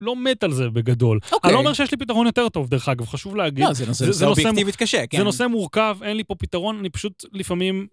לא מת על זה בגדול. אוקיי. אני לא אומר שיש לי פתרון יותר טוב דרך אגב, חשוב להגיד. לא, זה נושא אובייקטיבית קשה, כן. זה נושא מורכב, אין לי פה פתרון, אני פשוט לפעמים...